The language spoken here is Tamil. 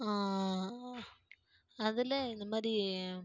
அதில் இந்தமாதிரி